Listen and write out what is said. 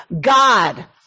God